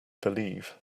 believe